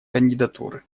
кандидатуры